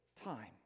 time